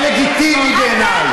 זה לגיטימי בעיני.